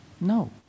No